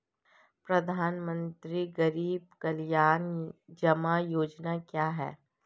प्रधानमंत्री गरीब कल्याण जमा योजना क्या है?